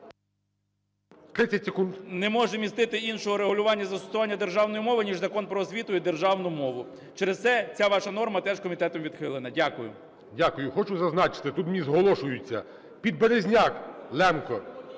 може містити іншого регулювання застосування державної мови, ніж Закон "Про освіту" і державну мову. Через це ця ваша норма теж комітетом відхилена. Дякую. ГОЛОВУЮЧИЙ. Дякую. Хочу зазначити, тут мені зголошуються: Підберезняк – лемко,